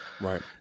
Right